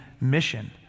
mission